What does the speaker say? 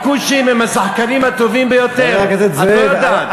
הכושים הם השחקנים הטובים ביותר, את לא יודעת.